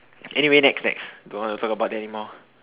anyway next next don't want to talk about that anymore